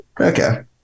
okay